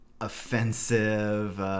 offensive